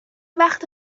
وقت